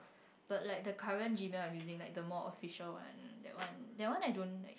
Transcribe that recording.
but like the current Gmail I'm using like the more official one that one that one I don't like